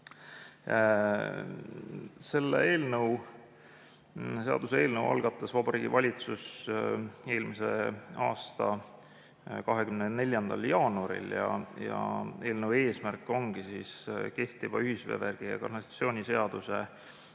Selle seaduseelnõu algatas Vabariigi Valitsus eelmise aasta 24. jaanuaril. Eelnõu eesmärk ongi kehtiva ühisveevärgi ja ‑kanalisatsiooni seaduse